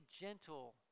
gentle